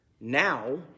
now